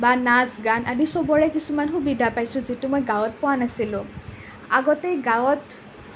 বা নাচ গান আদি চবৰে কিছুমান সুবিধা পাইছোঁ যিটো মই গাঁৱত পোৱা নাছিলোঁ আগতে গাঁৱত